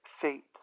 Fate